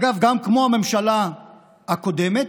אגב, כמו הממשלה הקודמת,